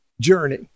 journey